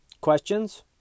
questions